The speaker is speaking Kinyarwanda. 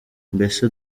mbese